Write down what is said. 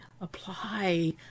apply